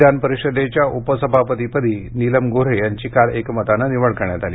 विधानपरिषदेच्या उपसभापतीपदी नीलम गोन्हे यांची काल एकमतानं निवड करण्यात आली